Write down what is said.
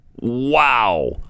Wow